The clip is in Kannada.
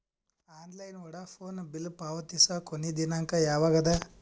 ಆನ್ಲೈನ್ ವೋಢಾಫೋನ ಬಿಲ್ ಪಾವತಿಸುವ ಕೊನಿ ದಿನ ಯವಾಗ ಅದ?